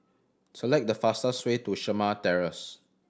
select the fastest way to Shamah Terrace